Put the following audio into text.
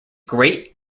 great